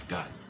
God